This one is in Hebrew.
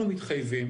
אנחנו מתחייבים